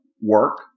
work